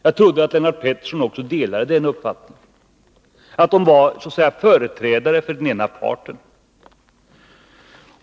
Jag trodde att Lennart Pettersson delade den uppfattningen, att de var så att säga företrädare för den ena parten.